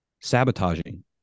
sabotaging